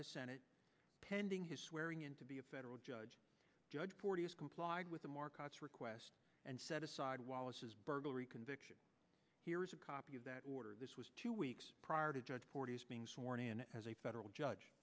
the senate pending his swearing in to be a federal judge judge porteous complied with the markets request and set aside wallace's burglary conviction here's a copy of that order this was two weeks prior to judge being sworn in as a federal judge